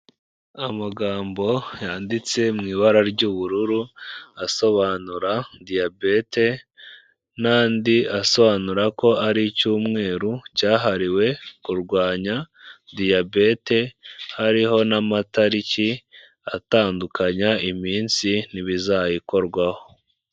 Amagambo yanditse mu ibara ry'ubururu, asobanura Diyabete n'andi asobanura ko ari icyumweru cyahariwe kurwanya Diyabete, hariho n'amatariki atandukanya iminsi n'ibizayikorwaho.